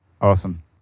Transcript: Awesome